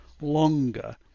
longer